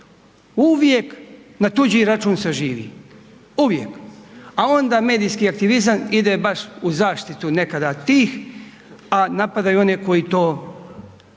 Uvijek na tuđi račun se živi. Uvijek. A onda medijski aktivizam ide baš u zaštitu nekada tih a napadaju one koji to žele